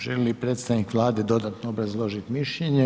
Želi li predstavnik Vlade dodatno obrazložiti mišljenje?